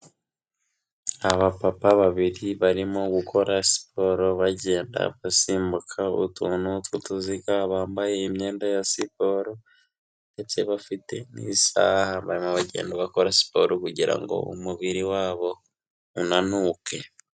Abapapa babiri barimo gukora siporo, bagenda basimbuka utuntu tw'utuziga, bambaye imyenda ya siporo ndetse bafite n'isaha barimo bagenda bakora siporo kugira ngo umubiri wabo unanuke.